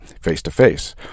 face-to-face